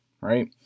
right